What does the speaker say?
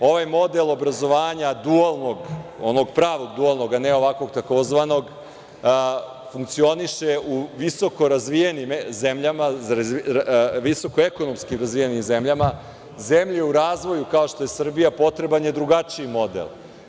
Ovaj model obrazovanja, dualnog, onog pravog dualnog, a ne ovakvog tzv, funkcioniše u visoko ekonomski razvijenim zemljama, a za zemlje u razvoju, kao što je Srbija, potreban je drugačiji model.